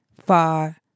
far